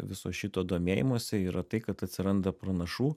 viso šito domėjimosi yra tai kad atsiranda pranašų